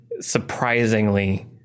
surprisingly